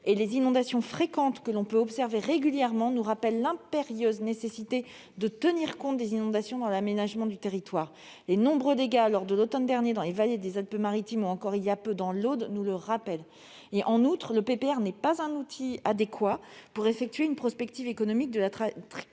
et les inondations fréquentes que l'on peut observer régulièrement soulignent l'impérieuse nécessité de tenir compte d'un tel phénomène dans l'aménagement du territoire. Les nombreux dégâts de l'automne dernier dans les vallées des Alpes-Maritimes ou voilà peu dans l'Aude nous le rappellent. En outre, le PPR n'est pas un outil adéquat pour effectuer une prospective économique de l'attractivité d'un